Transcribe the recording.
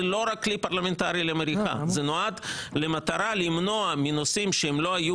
זה לא רק כלי פרלמנטרי למריחה אלא המטרה היא למנוע מנושאים שהם לא היו